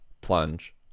plunge